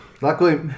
Luckily